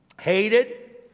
hated